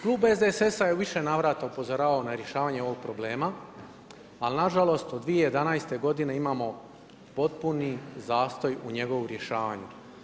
Klub SDSS-a je u više navrata upozoravao na rješavanje ovog problema, ali na žalost od 2011. godine imamo potpuni zastoj u njegovu rješavanju.